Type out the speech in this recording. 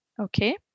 okay